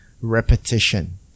repetition